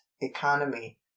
economy